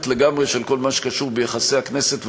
לגמרי של כל מה שקשור ביחסי הכנסת והממשלה,